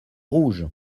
rouge